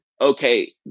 okay